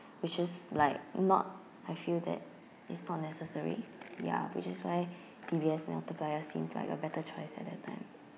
which is like not I feel that it's not necessary ya which is why D_B_S multiplier seem like a better choice at that time